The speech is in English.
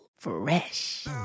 fresh